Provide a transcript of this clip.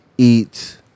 eat